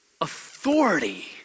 authority